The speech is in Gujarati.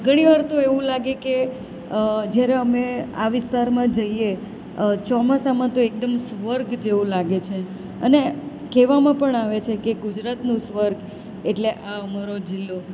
ઘણીવાર તો એવું લાગે કે જ્યારે અમે આ વિસ્તારમાં જઈએ ચોમાસામાં તો એકદમ સ્વર્ગ જેવું લાગે છે અને કહેવામાં પણ આવે છે કે ગુજરાતનું સ્વર્ગ એટલે આ અમારો જિલ્લો